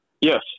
yes